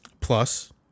plus